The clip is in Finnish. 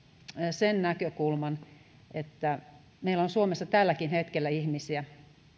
sen näkökulman että meillä on suomessa tälläkin hetkellä ihmisiä